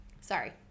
Sorry